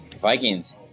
Vikings